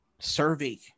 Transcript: Survey